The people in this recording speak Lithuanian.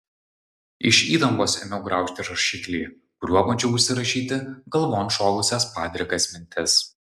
iš įtampos ėmiau graužti rašiklį kuriuo bandžiau užsirašyti galvon šovusias padrikas mintis